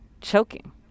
choking